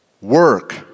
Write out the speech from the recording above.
work